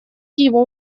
его